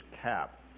cap